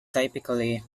typically